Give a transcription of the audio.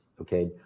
Okay